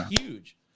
huge